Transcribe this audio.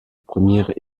première